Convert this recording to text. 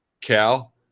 Cal